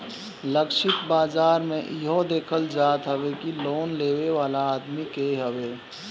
लक्षित बाजार में इहो देखल जात हवे कि लोन लेवे वाला आदमी के हवे